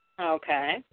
Okay